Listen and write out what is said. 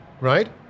Right